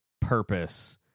purpose